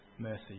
mercy